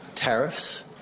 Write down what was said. tariffs